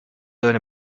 learn